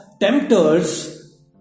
tempters